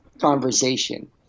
conversation